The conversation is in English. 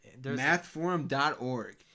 Mathforum.org